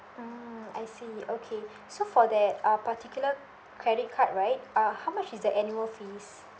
mm I see okay so for that uh particular credit card right uh how much is the annual fees